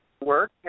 work